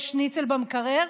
יש שניצל במקרר?